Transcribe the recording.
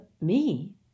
Me